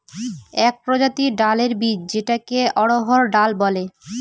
এক প্রজাতির ডালের বীজ যেটাকে অড়হর ডাল বলে